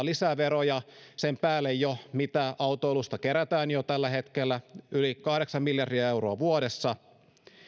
lisää veroja sen päälle mitä autoilusta kerätään jo tällä hetkellä yli kahdeksan miljardia euroa vuodessa